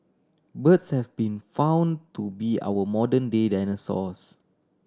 birds have been found to be our modern day dinosaurs